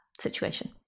situation